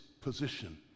position